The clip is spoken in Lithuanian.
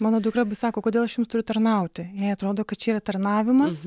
mano dukra sako kodėl aš jums turiu tarnauti jai atrodo kad čia yra tarnavimas